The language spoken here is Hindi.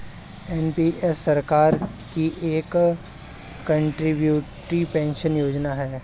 एन.पी.एस सरकार की एक कंट्रीब्यूटरी पेंशन योजना है